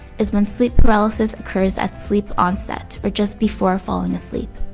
is when sleep paralysis occurs at sleep onset or just before falling asleep.